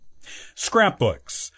Scrapbooks